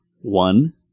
One